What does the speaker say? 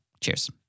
Cheers